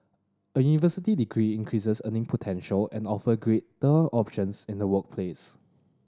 a university degree increases earning potential and offer greater options in the workplace